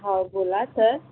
हां बोला सर